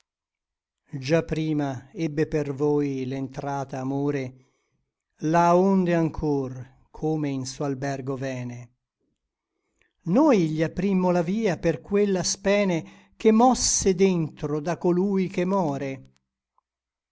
già prima ebbe per voi l'entrata amore là onde anchor come in suo albergo vène noi gli aprimmo la via per quella spene che mosse d'entro da colui che more